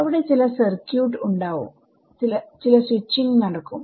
അവിടെ ചില സർക്യൂട്ട് ഉണ്ടാവും ചില സ്വിച്ചിങ് നടക്കും